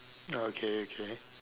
okay okay